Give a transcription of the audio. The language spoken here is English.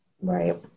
Right